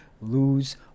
lose